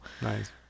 Nice